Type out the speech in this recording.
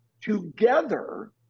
together